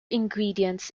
ingredient